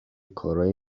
کارایی